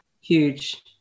Huge